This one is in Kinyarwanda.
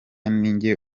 nijye